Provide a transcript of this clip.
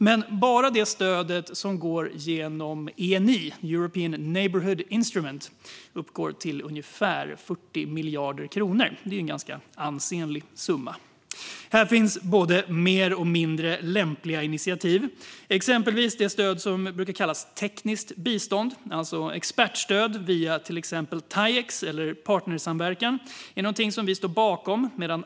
Men bara det stöd som går genom ENI, The European Neighbourhood Instrument, uppgår till ungefär 40 miljarder kronor, vilket är en ansenlig summa pengar. Här finns både mer och mindre lämpliga initiativ. Exempelvis är det stöd som brukar kallas tekniskt bistånd, alltså expertstöd via Taiex eller partnersamverkan, något vi står bakom.